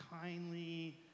kindly